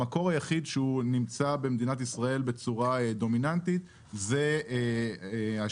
המקור היחיד שהוא נמצא במדינת ישראל בצורה דומיננטית זה השמש,